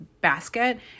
basket